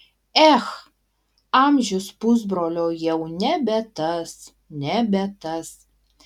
ech amžius pusbrolio jau nebe tas nebe tas